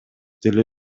деле